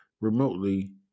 remotely